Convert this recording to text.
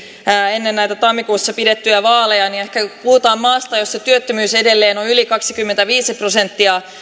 ennen näitä tammikuussa pidettyjä vaaleja kun puhutaan maasta jossa työttömyys edelleen on yli kaksikymmentäviisi prosenttia ja